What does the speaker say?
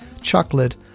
chocolate